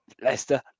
Leicester